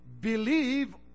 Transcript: believe